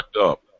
up